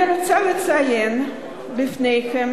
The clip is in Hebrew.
אני רוצה לציין בפניכם